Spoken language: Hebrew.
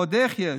ועוד איך יש,